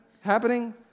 happening